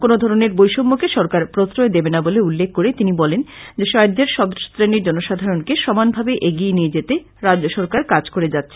কোনধরনের বৈষম্যকে সরকার প্রশয় দেবেনা বলে উল্লেখ করে তিনি বলেন যে রাজ্যের সব শ্রেণীর জনসাধারন কে সমানভাবে এগিয়ে নিয়ে যেতে রাজ্যসরকার কাজ করে যাচ্ছে